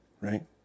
right